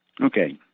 Okay